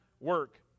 work